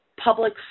public